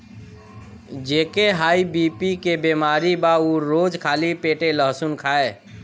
जेके high BP के बेमारी बा उ रोज खाली पेटे लहसुन खाए